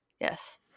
yes